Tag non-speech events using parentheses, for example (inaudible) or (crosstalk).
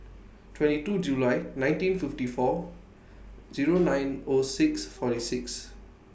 twenty two July nineteen fifty four (noise) Zero nine O six forty six